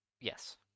Yes